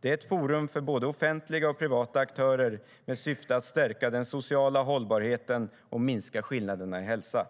som är ett forum för både offentliga och privata aktörer med syfte att stärka den sociala hållbarheten och minska skillnaderna i hälsa.